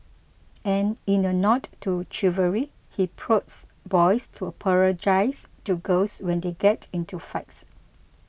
and in a nod to chivalry he prods boys to apologise to girls when they get into fights